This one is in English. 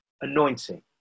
anointing